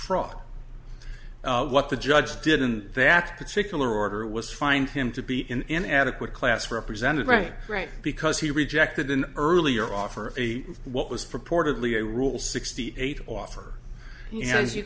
fraud what the judge did in that particular order was find him to be in adequate class represented right right because he rejected an earlier offer of a what was purportedly a rule sixty eight offer